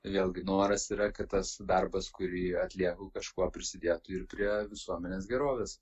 vėlgi noras yra kad tas darbas kurį atlieku kažkuo prisidėtų ir prie visuomenės gerovės